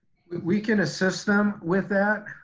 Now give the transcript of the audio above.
we can assist them with that.